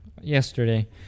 yesterday